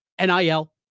NIL